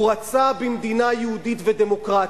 הוא רצה במדינה יהודית ודמוקרטית,